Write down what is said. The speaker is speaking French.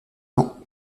ans